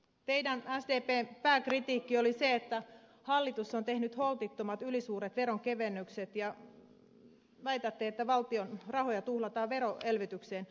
teidän sdp pääkritiikkinne oli se että hallitus on tehnyt holtittomat ylisuuret veronkevennykset ja väitätte että valtion rahoja tuhlataan veroelvytykseen